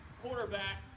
quarterback